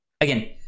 again